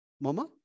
mama